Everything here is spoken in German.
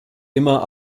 immer